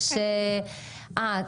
אה,